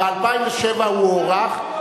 ב-2007 הוא הוארך,